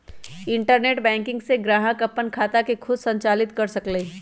internet banking से ग्राहक अप्पन खाता खुद संचालित कर सकलई ह